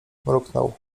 mruknął